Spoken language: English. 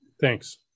Thanks